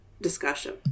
Discussion